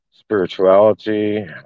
spirituality